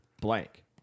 blank